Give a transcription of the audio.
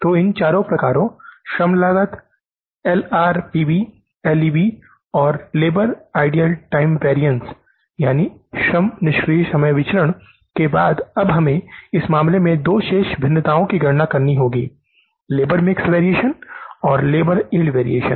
तो इन चारो प्रकारो श्रम लागत LRPB LEB और लेबर आइडल टाइम वरियन्सश्रम निष्क्रिय समय विचरण के बाद अब हमें इस मामले में दो शेष भिन्नताओं की गणना करनी होगी लेबर मिक्स वेरिएशन और लेबर यील्ड वेरिएशन